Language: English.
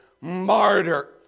martyr